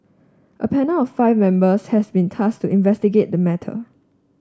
a panel of five members has been tasked to investigate the matter